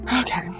Okay